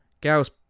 Gauss